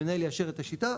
המנהל יאשר את השיטה